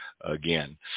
again